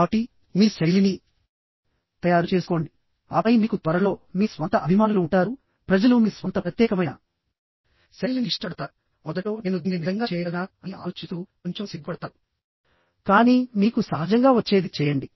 కాబట్టి మీ శైలిని తయారు చేసుకోండి ఆపై మీకు త్వరలో మీ స్వంత అభిమానులు ఉంటారు ప్రజలు మీ స్వంత ప్రత్యేకమైన శైలిని ఇష్టపడతారు మొదట్లో నేను దీన్ని నిజంగా చేయగలనా అని ఆలోచిస్తూ కొంచెం సిగ్గుపడతారు కానీ మీకు సహజంగా వచ్చేది చేయండి